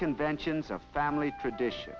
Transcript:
conventions of family tradition